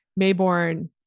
Mayborn